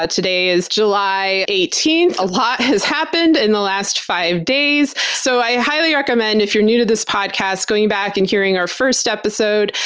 ah today is july eighteenth. a lot has happened in the last five days, so i highly recommend, if you're new to this podcast, going back and hearing our firstepisode.